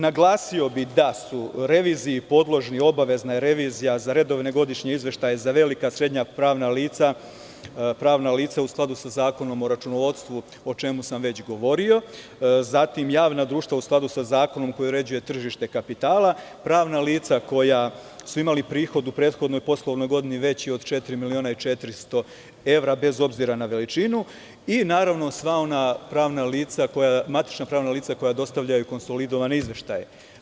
Naglasio bih da je obavezna revizija za redovne godišnje izveštaje za velika i srednja pravna lica, u skladu sa Zakonom o računovodstvu, o čemu sam već govori, zatim, javna društva, u skladu sa zakonom koji uređuje tržište kapitala, pravna lica koja su imala prihod u prethodnoj poslovnoj godini veći od četiri miliona i 400 evra, bez obzira na veličina i sva ona matična pravna lica koja dostavljaju konsolidovane izveštaje.